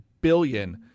billion